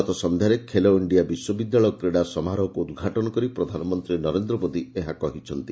ଗତ ସଂଧ୍ଧାରେ ଖେଲୋ ଇଣ୍ଡିଆ ବିଶ୍ୱବିଦ୍ୟାଳୟ କ୍ରୀଡ଼ା ସମାରୋହକୁ ଉଦ୍ଘାଟନ କରି ପ୍ରଧାନମନ୍ତୀ ନରେନ୍ଦ୍ର ମୋଦି ଏହା କହିଛନ୍ତି